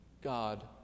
God